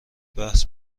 بحث